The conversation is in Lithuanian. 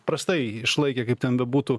prastai išlaikė kaip ten bebūtų